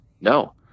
No